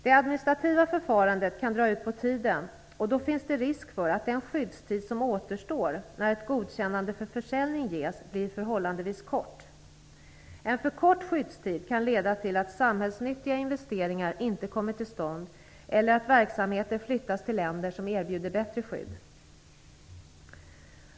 Det administrativa förfarandet kan dock dra ut på tiden, och då finns det risk för att den skyddstid som återstår när ett godkännande för försäljning ges blir förhållandevis kort. En för kort skyddstid kan leda till att samhällsnyttiga investeringar inte kommer till stånd eller till att verksamheter flyttas till länder som erbjuder bättre skydd.